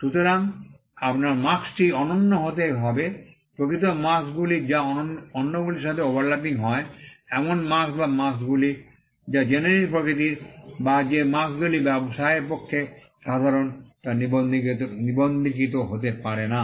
সুতরাং আপনার মার্ক্স্ -টি অনন্য হতে হবে প্রকৃত মার্ক্স্ গুলি যা অন্যগুলির সাথে ওভারল্যাপিং হয় এমন মার্ক্স্ বা মার্ক্স্ -গুলি যা জেনেরিক প্রকৃতির বা যে মার্ক্স্ গুলি ব্যবসায়ের পক্ষে সাধারণ তা নিবন্ধীকৃত হতে পারে না